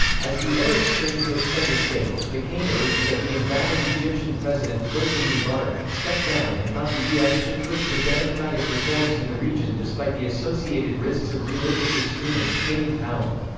as the arab spring took center stage, mccain urged that the embattled egyptian president, hosni mubarak, step down and thought the u s. should push for democratic reforms in the region despite the associated risks of religious extremists gaining power.